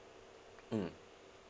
mm